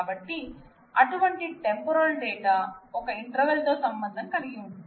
కాబట్టి అటువంటి temporal data ఒక ఇంట్రవెల్ తో సంబంధం కలిగి ఉంటుంది